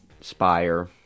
Spire